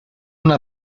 una